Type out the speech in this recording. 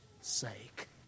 sake